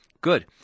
Good